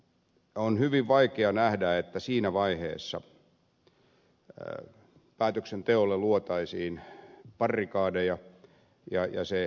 on hyvin vaikea nähdä että siinä vaiheessa päätöksenteolle luotaisiin barrikadeja ja se estyisi